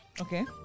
Okay